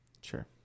Sure